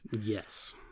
Yes